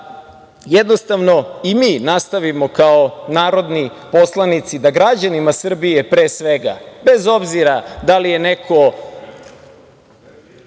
jednostavno i mi nastavimo kao narodni poslanici da građanima Srbije, pre svega, bez obzira da li je neko